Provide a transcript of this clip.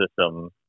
system